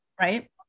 right